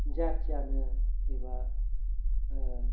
जाथियानो एबा